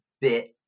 bit